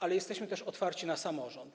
Ale jesteśmy też otwarci na samorząd.